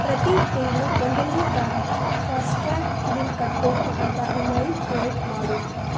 ಪ್ರತಿ ತಿಂಗಳು ಒಂದನೇ ತಾರೀಖು ಫಾಸ್ಟ್ ಟ್ರಾಗ್ ಬಿಲ್ ಕಟ್ಟಬೇಕು ಅಂತ ರಿಮೈಂಡ್ ಕ್ರಿಯೇಟ್ ಮಾಡು